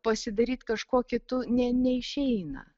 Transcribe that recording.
pasidaryt kažkuo kitu ne neišeina